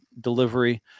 delivery